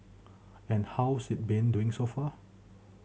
and how's it been doing so far